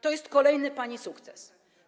To jest kolejny pani sukces.